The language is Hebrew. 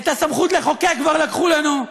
את הסמכות לחוקק כבר לקחו לנו,